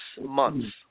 months